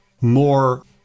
more